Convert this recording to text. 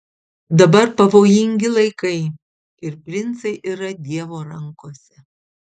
dabar pavojingi laikai ir princai yra dievo rankose